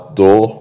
door